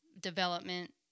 development